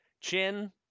Chin